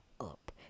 up